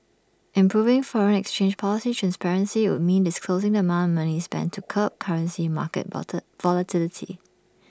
improving foreign exchange policy transparency would mean disclosing the amount money spent to curb currency market volatility